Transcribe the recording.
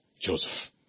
Joseph